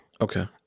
Okay